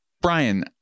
Brian